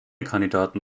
kandidaten